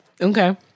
Okay